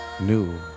new